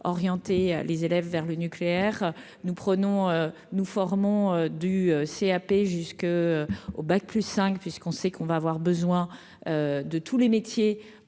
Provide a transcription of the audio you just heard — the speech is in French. orienter les élèves vers le nucléaire, nous prenons, nous formons du C. P jusqu'au bac plus cinq puisqu'on sait qu'on va avoir besoin de tous les métiers